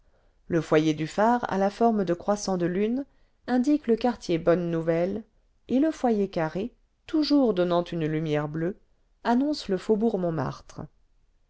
le foyer du phare à la forme de croissant de lune indique le quartier bonne-nouvelle et le foyer carré toujours donnant une lumière bleue annonce le faubourg montmartre